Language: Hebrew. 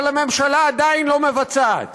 אבל הממשלה עדיין לא מבצעת